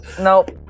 Nope